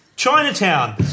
Chinatown